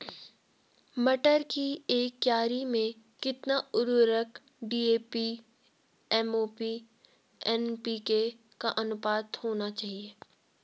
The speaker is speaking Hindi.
मटर की एक क्यारी में कितना उर्वरक डी.ए.पी एम.ओ.पी एन.पी.के का अनुपात होना चाहिए?